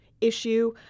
issue